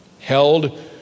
held